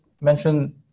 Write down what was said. mention